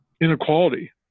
inequality